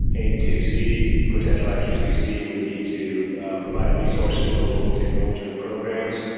aim two c, potential action two c would be to provide resources for local tick management programs.